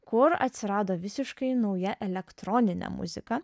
kur atsirado visiškai nauja elektroninė muzika